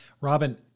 Robin